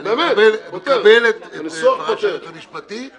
אני מקבל את דבריו של היועץ המשפטי,